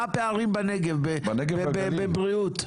מה הפערים בנגב, בבריאות?